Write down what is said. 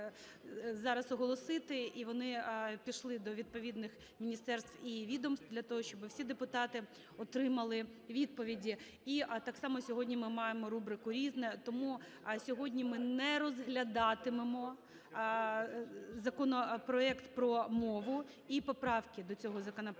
зараз оголосити і вони пішли до відповідних міністерств і відомств для того, щоб всі депутати отримали відповіді. І так само сьогодні ми маємо рубрику "Різне". Тому сьогодні ми не розглядатимемо законопроект про мову і поправки до цього законопроекту.